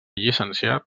llicenciat